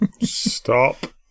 Stop